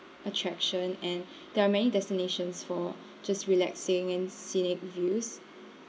attraction and there are many destinations for just relaxing and scenic views